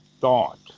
thought